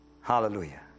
Hallelujah